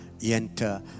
enter